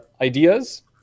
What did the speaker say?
ideas